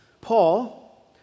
Paul